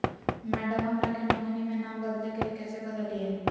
madam, हमरा के nominee में नाम बदले के हैं, कैसे बदलिए